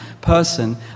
person